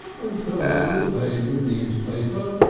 and turn over the page of a newspaper,